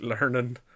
learning